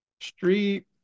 Street